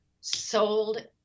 sold